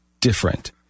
different